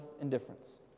indifference